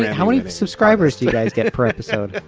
yeah how many subscribers do you guys get it per episode?